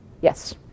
Yes